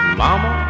mama